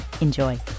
Enjoy